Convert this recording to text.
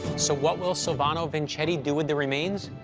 so what will silvano vincetti do with the remains?